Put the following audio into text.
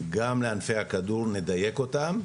וגם לענפי הכדור נדייק אותם.